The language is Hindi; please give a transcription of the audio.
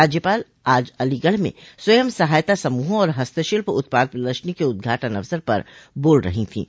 राज्यपाल आज अलीगढ़ में स्वयं सहायता समूहों और हस्तशिल्प उत्पाद प्रदर्शनी के उद्घाटन अवसर पर बोल रही थीं